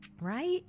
right